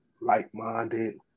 like-minded